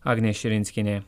agnė širinskienė